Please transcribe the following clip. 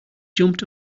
jumped